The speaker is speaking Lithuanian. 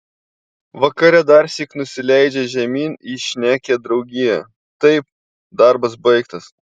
vakare darsyk nusileidžia žemyn į šnekią draugiją taip darbas baigtas